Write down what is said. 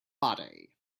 body